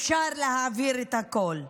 אפשר להעביר את הכול.